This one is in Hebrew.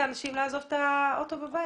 האנשים לעזוב את הרכב הפרטי שלהם בבית?